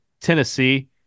Tennessee